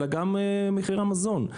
אלא גם של מחירי המזון,